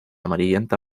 amarillenta